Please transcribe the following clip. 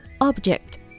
object